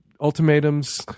ultimatums